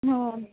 हो